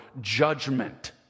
judgment